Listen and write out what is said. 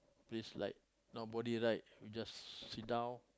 place like nobody right you just sit down